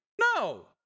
No